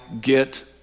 get